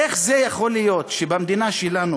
איך זה יכול להיות שבמדינה שלנו